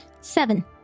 Seven